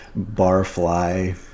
Barfly